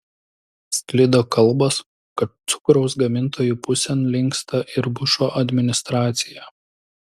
sklido kalbos kad cukraus gamintojų pusėn linksta ir bušo administracija